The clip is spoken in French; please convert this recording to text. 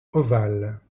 ovale